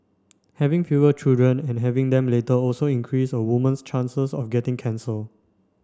having fewer children and having them later also increase a woman's chances of getting cancer